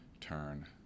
turn